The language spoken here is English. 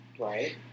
Right